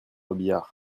robiliard